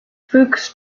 fuchs